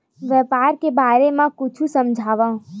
व्यापार के बारे म कुछु समझाव?